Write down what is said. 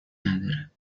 نداره